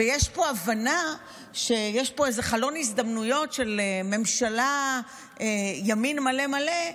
ויש פה הבנה שיש פה איזה חלון הזדמנויות של ממשלה ימין מלא מלא,